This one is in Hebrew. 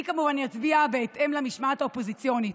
אני כמובן אצביע בהתאם למשמעת האופוזיציונית,